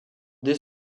dès